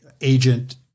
agent